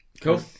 cool